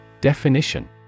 Definition